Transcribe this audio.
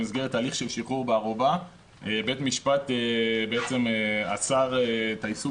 במסגרת הליך של שחרור בערובה בית משפט עצר את העיסוק